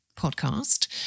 podcast